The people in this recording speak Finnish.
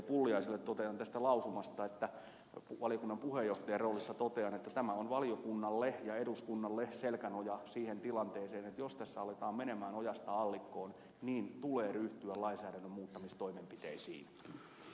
pulliaiselle totean tästä lausumasta valiokunnan puheenjohtajan roolissa että tämä on valiokunnalle ja eduskunnalle selkänoja siihen tilanteeseen että jos tässä aletaan mennä ojasta allikkoon niin tulee ryhtyä lainsäädännön muuttamistoimenpiteisiin